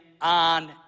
on